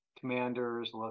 commanders